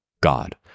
God